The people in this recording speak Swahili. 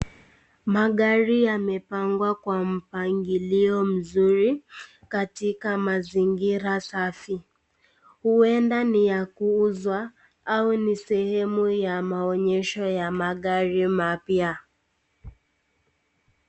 Magari yamepangwa kwa mpangilio mzuri, katika mazingira safi. Huenda ni ya kuuzwa au ni sehemu ya maonyesho ya magari mapya.